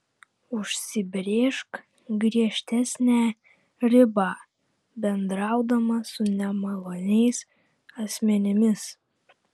užsibrėžk griežtesnę ribą bendraudama su nemaloniais asmenimis